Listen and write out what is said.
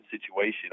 situation